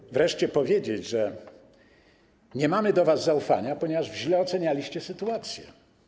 Chcę wreszcie powiedzieć, że nie mamy do was zaufania, ponieważ źle ocenialiście sytuację.